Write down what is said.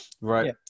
Right